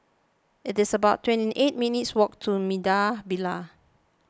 it's about twenty eight minutes' walk to Maida Vale